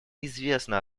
известно